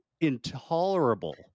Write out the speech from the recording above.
intolerable